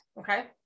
okay